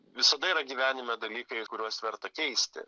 visada yra gyvenime dalykai kuriuos verta keisti